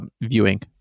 viewing